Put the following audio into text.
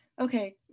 okay